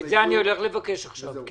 זה אני הולך לבקש עכשיו.